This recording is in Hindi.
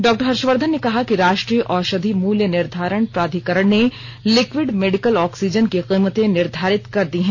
डॉक्टर हर्षवर्धन ने कहा कि राष्ट्रीय औषधि मूल्य निर्धारण प्राधिकरण ने लिक्विड मेडिकल ऑक्सीजन की कीमतें निर्धारित कर दी हैं